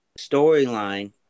storyline